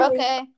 Okay